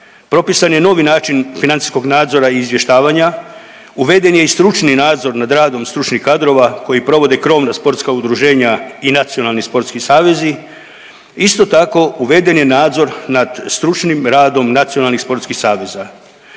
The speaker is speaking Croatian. propisan je novi način financijskog nadzora i izvještavanja, uveden je i stručni nadzor nad radom stručnih kadrova koji provode krovna sportska udruženja i nacionalni sportski savezi isto tako uveden je nadzor nad stručnim radom nacionalnih sportskih saveza.